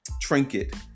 trinket